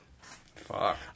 Fuck